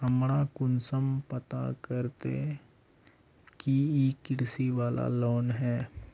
हमरा कुंसम पता रहते की इ कृषि वाला लोन है?